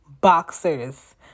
boxers